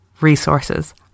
resources